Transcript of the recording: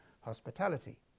hospitality